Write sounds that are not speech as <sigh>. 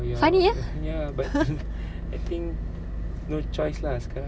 funny ya <laughs>